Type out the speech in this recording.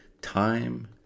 time